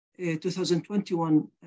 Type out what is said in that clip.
2021